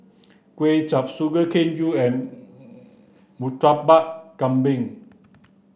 kuay chap sugar cane you murtabak kambing